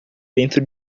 dentro